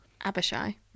Abishai